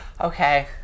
okay